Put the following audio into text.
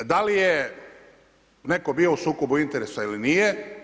Da li je netko bio u sukobu interesa ili nije.